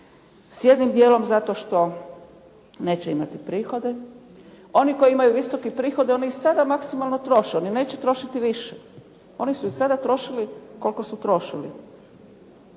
jednim djelom zato što neće imati prihode. Oni koji imaju visoke prihode oni i sada maksimalno troše, oni neće trošiti više. Oni su i sada trošili koliko su trošili.